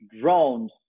drones